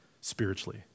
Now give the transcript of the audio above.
spiritually